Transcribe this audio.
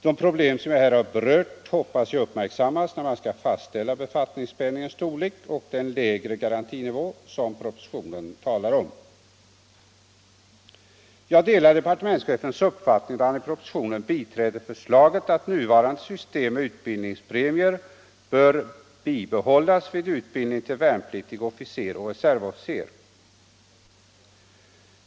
De problem som jag här berört hoppas jag kommer att uppmärksammas när man skall fastställa befattningspenningens storlek och den lägre garantinivå som propositionen talar om: Jag delar departementschefens uppfattning då han i propositionen biträder förslaget att nuvarande system med utbildningspremier bör behållas vid utbildning till värnpliktig officer och reservofficer.